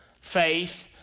faith